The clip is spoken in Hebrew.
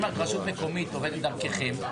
אם רשות מקומית עובדת דרככם,